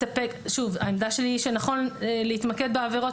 העמדה שלי היא שנכון להתמקד בעבירות